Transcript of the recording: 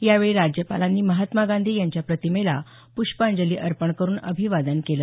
यावेळी राज्यपालांनी महात्मा गांधी यांच्या प्रतिमेला प्ष्पांजली अर्पण करून अभिवादन केलं